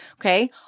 okay